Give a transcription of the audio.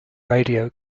radio